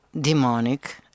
demonic